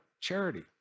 Charity